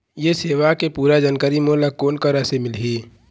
ये सेवा के पूरा जानकारी मोला कोन करा से मिलही?